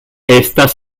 estas